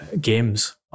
games